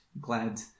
glad